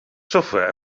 software